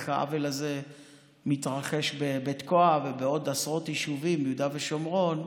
ואיך העוול הזה מתרחש בתקוע ובעוד עשרות יישובים ביהודה ושומרון,